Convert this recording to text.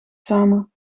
samen